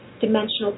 dimensional